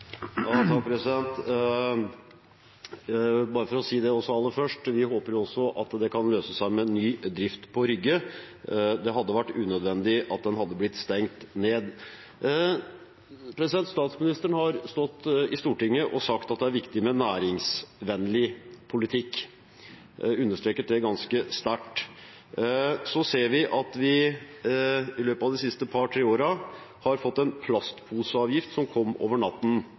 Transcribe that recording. Bare for å si det aller først: Også vi håper at det kan løse seg med hensyn til ny drift på Rygge. Det hadde vært unødvendig å stenge den ned. Statsministeren har stått i Stortinget og sagt at det er viktig med næringsvennlig politikk – hun understreket det ganske sterkt. Så ser vi at vi i løpet av de siste par–tre årene har fått en plastposeavgift som kom over natten.